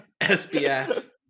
SBF